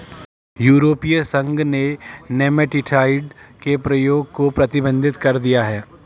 यूरोपीय संघ ने नेमेटीसाइड के प्रयोग को प्रतिबंधित कर दिया है